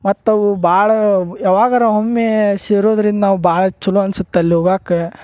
ಮತ್ತೆ ಅವು ಭಾಳ ಯಾವಾಗಾರ ಒಮ್ಮೆ ಸೇರೋದ್ರಿಂದ ನಾವು ಭಾಳ ಛಲೋ ಅನ್ಸತ್ತಲ್ಲಿ ಹೋಗಾಕ್ಕ